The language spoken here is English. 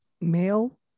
male